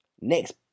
Next